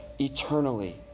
eternally